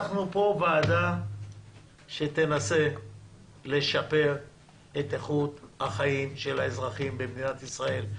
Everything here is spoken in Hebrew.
אנחנו פה וועדה שתנסה לשפר את איכות החיים של האזרחים במדינת ישראל,